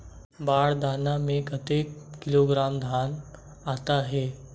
बार दाना में कतेक किलोग्राम धान आता हे?